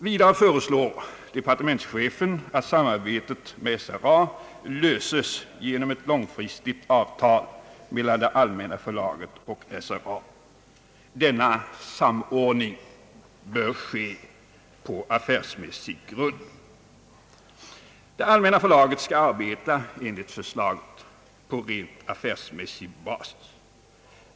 Vidare föreslår departementschefen att samarbetet med SRA löses genom ett långfristigt avtal mellan det allmänna förlaget och SRA. Denna samordning bör ske på affärsmässig grund. Det allmänna förlaget skall enligt förslaget arbeta på rent affärsmässig basis.